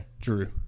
Drew